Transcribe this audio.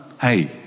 hey